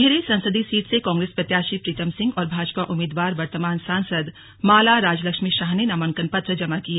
टिहरी संसदीय सीट से कांग्रेस प्रत्याशी प्रीतम सिंह और भाजपा उम्मीदवार वर्तमान सांसद माला राज्यलक्ष्मी शाह ने नामांकन पत्र जमा किए